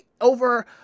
over